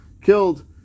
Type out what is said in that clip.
killed